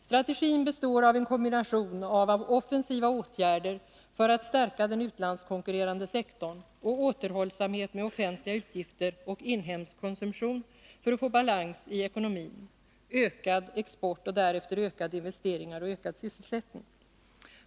Strategin består av en kombination av offensiva åtgärder för att stärka den utlandskonkurrerande sektorn och återhållsamhet med offentliga utgifter och inhemsk konsumtion för att få balans i ekonomin, ökad export och därefter ökade investeringar och ökad sysselsättning.